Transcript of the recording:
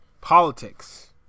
politics